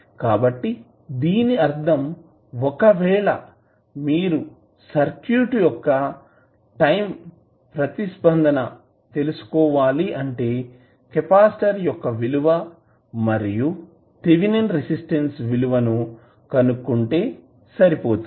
కాబట్టి దీని అర్ధం ఒకవేళ మీరు సర్క్యూట్ యొక్క టైం ప్రతిస్పందన తెలుసుకోవాలి అంటే కెపాసిటర్ యొక్క విలువ మరియు థేవినిన్ రెసిస్టెన్స్ విలువ ని కనుక్కుంటే సరిపోతుంది